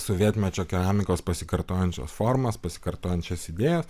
sovietmečio keramikos pasikartojančias formas pasikartojančias idėjas